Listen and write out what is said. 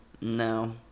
No